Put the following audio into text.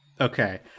Okay